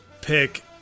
pick